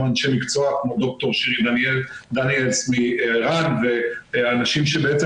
אנשי מקצוע כמו ד"ר שירי דניאלס מער"ן והאנשים שבעצם